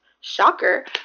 Shocker